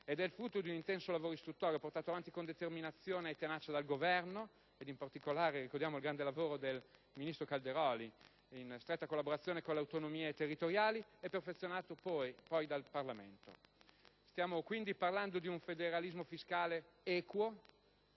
ed è il frutto di un intenso lavoro istruttorio, portato avanti con determinazione e tenacia dal Governo, ed in particolare ricordiamo il grande lavoro del ministro Calderoli, in stretta collaborazione con le autonomie territoriali e perfezionato poi dal Parlamento. Stiamo parlando di un federalismo fiscale equo,